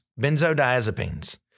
benzodiazepines